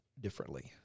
differently